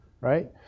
right